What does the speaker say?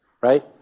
right